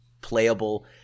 playable